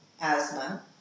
asthma